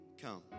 come